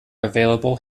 available